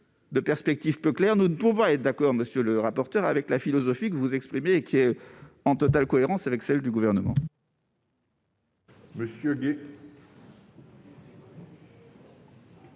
de perspective claire, nous ne pouvons être d'accord, monsieur le rapporteur, avec la philosophie dont vous nous avez fait part, qui est en totale cohérence avec celle du Gouvernement.